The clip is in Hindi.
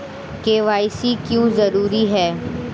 के.वाई.सी क्यों जरूरी है?